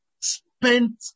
Spent